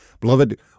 Beloved